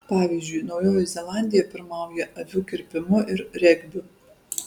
pavyzdžiui naujoji zelandija pirmauja avių kirpimu ir regbiu